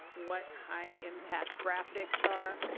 what high impact graphics are?